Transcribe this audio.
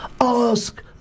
Ask